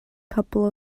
couple